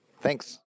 thanks